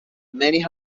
many